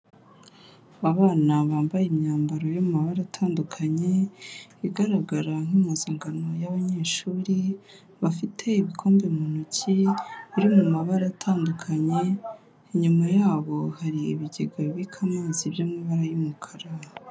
Abana bambaye imyambaro y'amabara atandukanye igaragara nki imppuzangano y'abanyeshuri bafite ibikombe mu ntoki biri mu mabara atandukanye inyuma yabo hari ibigegabi bika amazi by'amabara y'umukara.